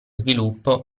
sviluppo